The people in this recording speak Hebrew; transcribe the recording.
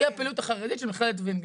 היא הפעילות החרדית של מכללת ווינגיט.